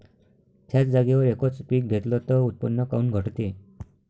थ्याच जागेवर यकच पीक घेतलं त उत्पन्न काऊन घटते?